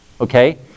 okay